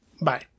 Bye